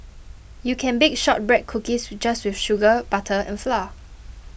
you can bake Shortbread Cookies just with sugar butter and flour